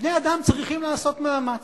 בני-אדם צריכים לעשות מאמץ.